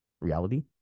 reality